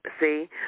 See